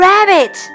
Rabbit